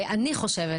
אני חושבת,